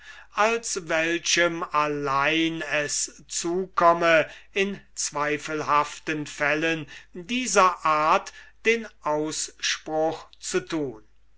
als welchem allein es zukomme in zweifelhaften fällen dieser art den ausspruch zu tun